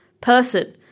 person